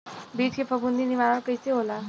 बीज के फफूंदी निवारण कईसे होला?